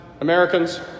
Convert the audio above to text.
Americans